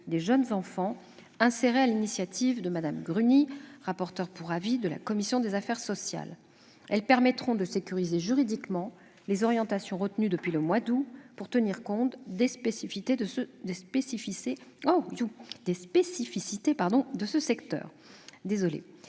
des jeunes enfants, insérées sur l'initiative de Mme Gruny, rapporteure pour avis de la commission des affaires sociales. Elles permettront de sécuriser juridiquement les orientations retenues depuis le mois d'août pour tenir compte des spécificités de ce secteur. Je